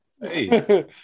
Hey